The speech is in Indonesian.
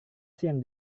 siang